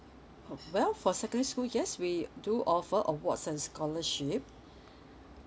oh well for secondary school yes we do offer awards and scholarship